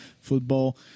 football